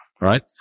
right